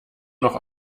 noch